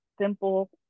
simple